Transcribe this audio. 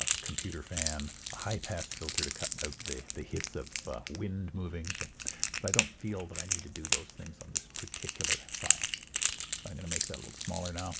a computer fan, a high pass filter to cut out the the hiss of wind moving. so but i don't feel that i need to do those things on this particular file. so i'm going to make that a little smaller now,